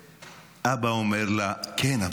ואבא אומר לה: כן,